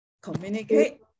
communicate